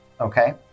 okay